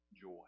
joy